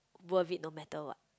worth it no matter what